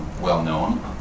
well-known